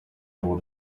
able